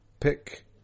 pick